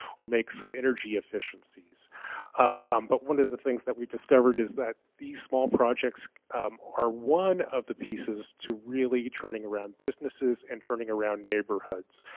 or make some energy efficiencies um but one of the things that we discovered is that these small projects are one of the pieces to really turning around businesses and turning around neighborhoods.